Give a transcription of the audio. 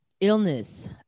Illness